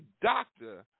doctor